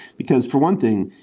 because, for one thing,